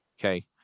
okay